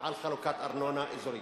על חלוקת ארנונה אזורית,